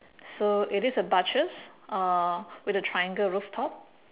so it is a butchers uh with a triangle roof top